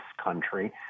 country